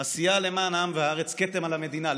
עשייה למען העם והארץ, "כתם על המדינה".